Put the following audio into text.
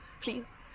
please